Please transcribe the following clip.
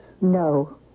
No